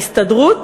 ההסתדרות,